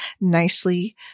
nicely